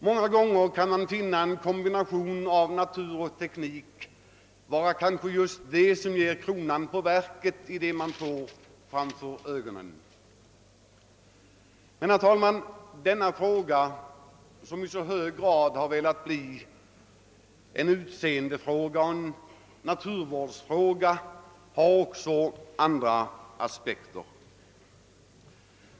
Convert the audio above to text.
Många gånger kan man kanske finna en kombination av natur och teknik vara kronan på verket i det man får framför ögonen. Men, herr talman, denna fråga, som i så hög grad har blivit en utseendefråga och en naturvårdsfråga, har också andra aspekter.